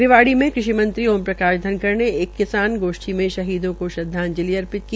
रिवाड़ी में कृषि मंत्री ओम प्रकाश धनखड़ ने एक किसान गोष्ठी मे शहीदों को श्रद्वाजंलि अर्पित की